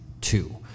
two